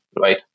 right